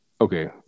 okay